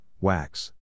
wax